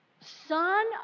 son